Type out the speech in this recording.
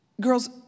Girls